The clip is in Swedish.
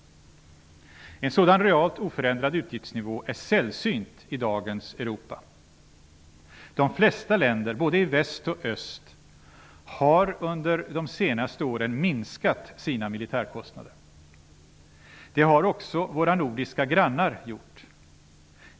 En sådan realt oförändrad utgiftsnivå är sällsynt i dagens Europa. De flesta länder, både i väst och öst, har under de senaste åren minskat sina militärkostnader. Det har också våra nordiska grannar gjort.